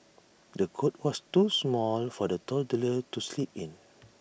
the cot was too small for the toddler to sleep in